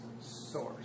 source